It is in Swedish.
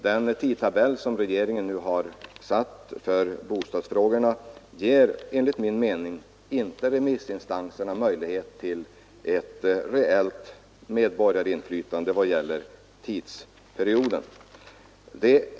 Den tidtabell som regeringen nu satt upp för remisstiden för bygglagutredningens betänkande ger, enligt min mening, inte remissinstanserna möjlighet till ett reellt medborgarinflytande på grund av tidsbrist.